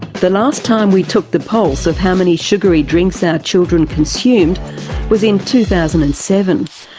the last time we took the pulse of how many sugary drinks our children consumed was in two thousand and seven,